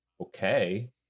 okay